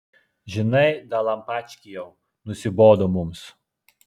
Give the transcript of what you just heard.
žinai dalampački jau nusibodo mums